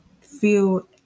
feel